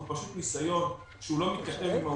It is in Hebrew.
הוא פשוט ניסיון שהוא לא מתכתב עם העובדות.